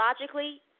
logically